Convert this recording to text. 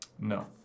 No